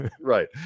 Right